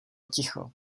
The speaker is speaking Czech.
ticho